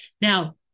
Now